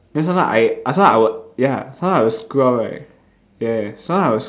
then sometimes I sometimes I would ya sometimes I would screw up right ya ya ya sometimes I would